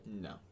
No